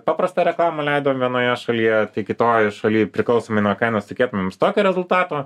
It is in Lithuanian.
paprastą reklamą leidom vienoje šalyje tai kitoj šaly priklausomai nuo kainos tikėtumėmės tokio rezultato